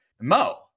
Mo